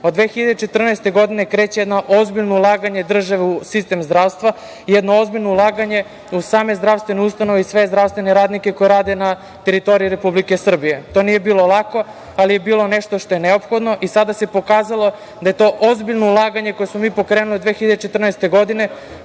2014. godine kreće jedno ozbiljno ulaganje države u sistem zdravstva i jedno ozbiljno ulaganje u same zdravstvene ustanove i sve zdravstvene radnike koji rade na teritoriji Republike Srbije. To nije bilo lako, ali je bilo nešto što je neophodno i sada se pokazalo da je to ozbiljno ulaganje koje smo mi pokrenuli 2014. godine,